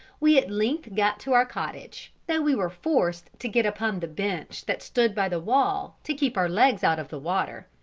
we at length got to our cottage, though we were forced to get upon the bench that stood by the wall to keep our legs out of the water.